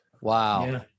Wow